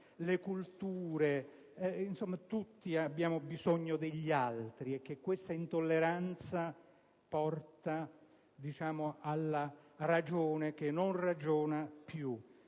nell'interdipendenza tutti abbiamo bisogno degli altri e che questa intolleranza porta alla ragione che non ragiona più.